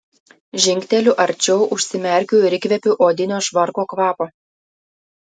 žingteliu arčiau užsimerkiu ir įkvepiu odinio švarko kvapo